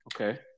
okay